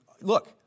look